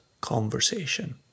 conversation